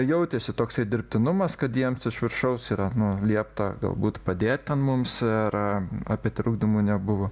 jautėsi toksai dirbtinumas kad jiems iš viršaus yra nu liepta galbūt padėt ten mums ir apie trukdymų nebuvo